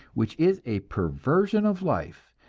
which is a perversion of life,